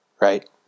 right